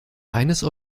eines